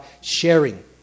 sharing